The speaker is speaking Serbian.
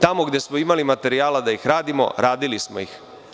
Tamo gde smo imali materijala da ih radimo radili smo ih.